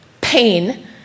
pain